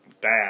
bad